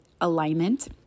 alignment